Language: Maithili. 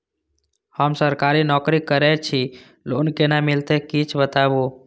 हम सरकारी नौकरी करै छी लोन केना मिलते कीछ बताबु?